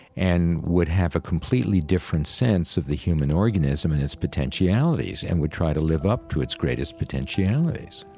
and would have a completely different sense of the human organism and its potentialities and would try to live up to its greatest potentialities